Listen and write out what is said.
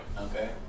Okay